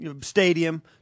Stadium